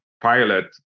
pilot